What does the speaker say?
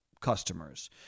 customers